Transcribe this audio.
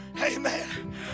amen